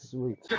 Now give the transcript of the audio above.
Sweet